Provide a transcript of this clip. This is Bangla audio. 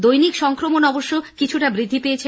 দৈনিক সংক্রমণ অবশ্য কিছুটা বৃদ্ধি পেয়েছে